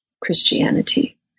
Christianity